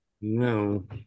No